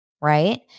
right